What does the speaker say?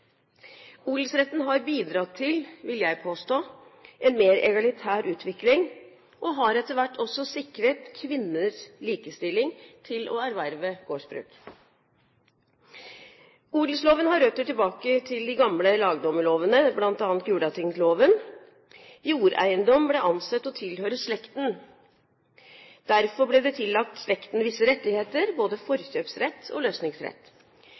Odelsretten har bidratt til, vil jeg påstå, en mer egalitær utvikling og har etter hvert også sikret kvinner likestilling i forhold til å erverve gårdsbruk. Odelsloven har røtter tilbake til de gamle lagdommerlovene, bl.a. Gulatingsloven. Jordeiendom ble ansett å tilhøre slekten. Derfor ble det tillagt slekten visse rettigheter, både forkjøpsrett og løsningsrett.